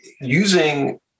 using